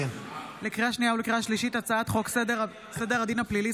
ברשות יושב-ראש הישיבה,